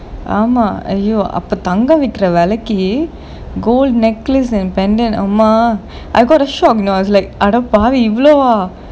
ஆமா:aamaa !aiyo! அப்போ தங்கம் விக்ர விலைக்கு:appo thangam vikra vilaikku gold necklace and pendant அம்மா:amma I got a shock you know was like அட பாவி இவ்வளாவா:ada paavi ivvalavaa